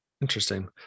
Interesting